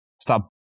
stop